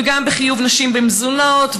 וגם בחיוב נשים במזונות,